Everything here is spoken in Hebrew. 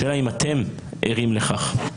השאלה אם אתם ערים לכך?